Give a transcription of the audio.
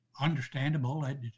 understandable